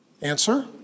Answer